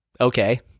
okay